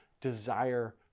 desire